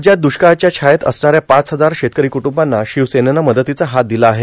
राज्यात दुष्काळाच्या छायेत असणाऱ्या पाच हजार शेतकरो कुटुंबांना भिवसेनेनं मदतीचा हात र् ादला आहे